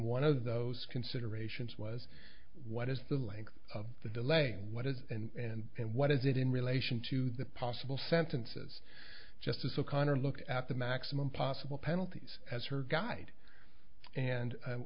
one of those considerations was what is the length of the delaying what is and what is it in relation to the possible sentences justice o'connor look at the maximum possible penalties as her guide and